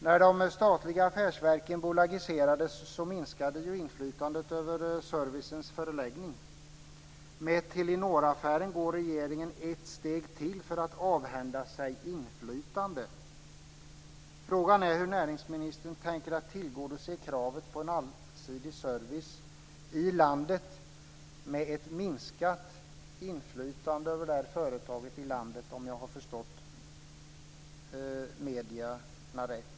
När de statliga affärsverken bolagiserades minskade inflytandet över servicens förläggning. Med Telenoraffären går regeringen ett steg till för att avhända sig inflytande. Frågan är hur näringsministern tänker tillgodose kravet på en allsidig service i landet med ett, om jag har förstått medierna rätt, minskat inflytande över detta företag i landet.